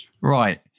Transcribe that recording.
Right